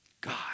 God